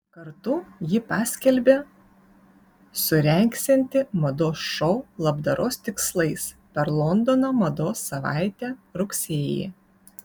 kartu ji paskelbė surengsianti mados šou labdaros tikslais per londono mados savaitę rugsėjį